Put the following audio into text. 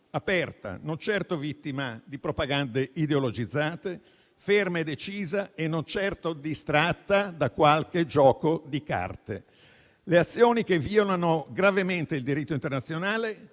aperta, non certo vittima di propagande ideologizzate, ferma e decisa e non certo distratta da qualche gioco di carte. Le azioni che violano gravemente il diritto internazionale